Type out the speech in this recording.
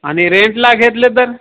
आणि रेंटला घेतले तर